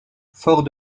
fort